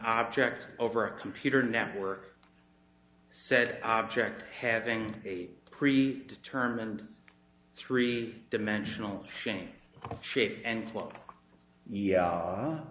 object over a computer network said object having a pre determined three dimensional shane shape and